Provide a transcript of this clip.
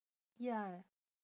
ya